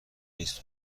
نیست